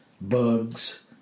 bugs